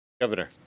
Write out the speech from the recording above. Governor